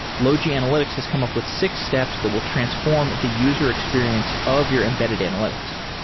logi analytics has come up with six steps that will transform the user experience of your embedded analytics.